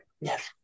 Yes